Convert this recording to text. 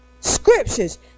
Scriptures